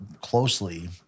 closely